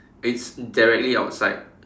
it's directly outside